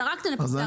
זרקתם לפסי הרכבת.